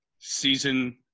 season